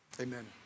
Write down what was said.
Amen